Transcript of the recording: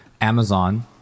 Amazon